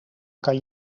kan